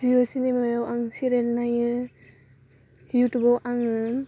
जिअ सिनिमायाव आं सेरियाल नायो इउटुबाव आङो